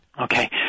Okay